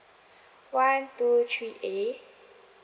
one two three A